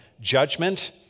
judgment